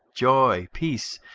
joy, peace,